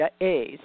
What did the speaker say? A's